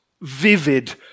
vivid